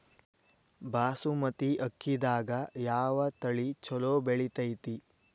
ಬಾಸುಮತಿ ಅಕ್ಕಿದಾಗ ಯಾವ ತಳಿ ಛಲೋ ಬೆಳಿತೈತಿ?